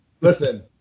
Listen